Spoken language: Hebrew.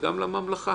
וגם לממלכה